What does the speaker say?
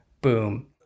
boom